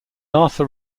arthur